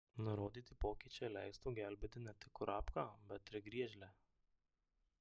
nurodyti pokyčiai leistų gelbėti ne tik kurapką bet ir griežlę